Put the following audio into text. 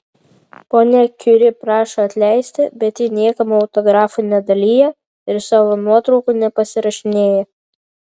ponia kiuri prašo atleisti bet ji niekam autografų nedalija ir savo nuotraukų nepasirašinėja